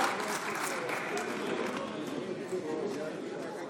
חברי הכנסת,